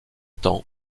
temps